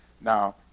Now